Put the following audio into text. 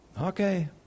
Okay